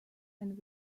and